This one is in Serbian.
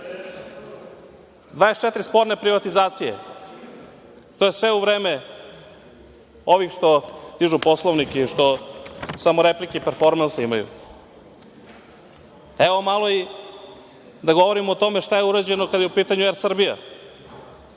sporne privatizacije, to je sve u vreme ovih što dižu poslovnike i što samo replike i performanse imaju. Evo malo i da govorimo šta je urađeno kada je u pitanju Er Srbija.